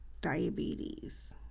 diabetes